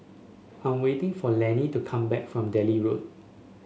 I'm waiting for Lannie to come back from Delhi Road